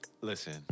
Listen